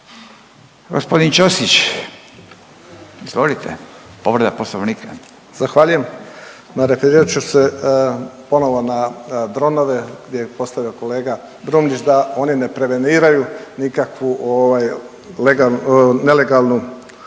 Gospodin Ćosić, izvolite povreda Poslovnika. **Ćosić, Pero (HDZ)** Zahvaljujem. Ma referirat ću se ponovo na dronove gdje je postavio kolega Brumnić da oni ne preveniraju nikakvu ovaj legalnu,